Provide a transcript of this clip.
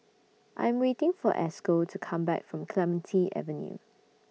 I'm waiting For Esco to Come Back from Clementi Avenue